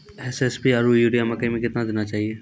SSP आरु urea मकई मे कितना देना चाहिए?